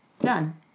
done